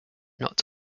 not